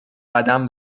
قدم